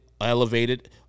elevated